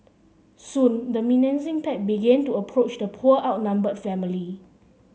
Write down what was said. soon the menacing pack began to approach the poor outnumbered family